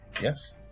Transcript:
Yes